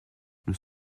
nous